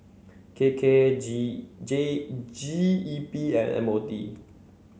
K K G J G E P and M O T